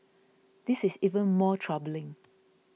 this is even more troubling